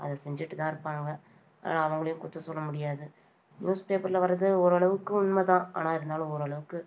அதை செஞ்சிகிட்டுதான் இருப்பாங்க அதனால அவங்களையும் குற்றம் சொல்ல முடியாது நியூஸ்பேப்பர்ல வர்றது ஓரளவுக்கு உண்மைதான் ஆனால் இருந்தாலும் ஓரளவுக்கு